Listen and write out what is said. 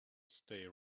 stay